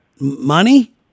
Money